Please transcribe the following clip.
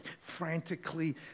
frantically